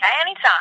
anytime